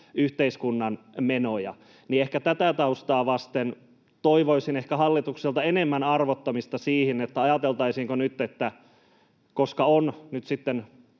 yhteiskunnan menoja. Tätä taustaa vasten toivoisin ehkä hallitukselta enemmän arvottamista siinä, ajateltaisiinko nyt niin, että koska on nyt sitten